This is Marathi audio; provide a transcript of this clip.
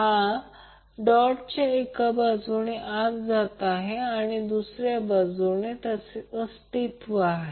हा डॉटच्या एका बाजूने जात आहे आणि डॉटच्या दुसऱ्या बाजूने अस्तित्वात आहे